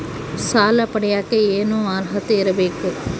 ಸಾಲ ಪಡಿಯಕ ಏನು ಅರ್ಹತೆ ಇರಬೇಕು?